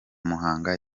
muhanga